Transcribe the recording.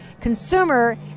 consumer